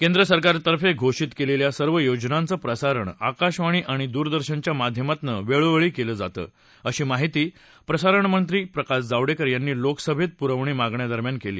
केंद्र सरकारतर्फ घोषित केलेल्या सर्व योजनांच प्रसारण आकाशवाणी आणि दूरदर्शनच्या माध्यमातन वेळोवेळी केलं जात अशी माहिती प्रसारणमंत्री प्रकाश जावडेकर यांनी लोकसभेत पुरवणी मागण्या दरम्यान दिली